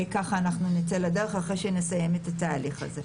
ואנחנו נצא לדרך אחרי שנסיים את התהליך הזה.